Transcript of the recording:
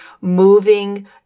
moving